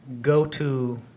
go-to